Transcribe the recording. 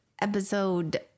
episode